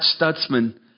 Stutzman